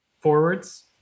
Forwards